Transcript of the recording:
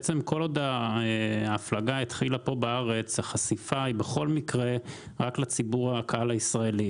כל עוד ההפלגה התחילה בארץ החשיפה היא רק לקהל הישראלי.